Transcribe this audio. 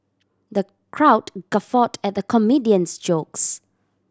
the crowd guffawed at the comedian's jokes